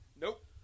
Nope